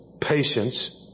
patience